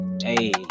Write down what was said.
Hey